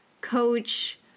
coach